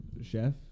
Chef